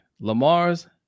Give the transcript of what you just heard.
Lamar's